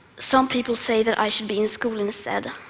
some people say that i should be in school instead.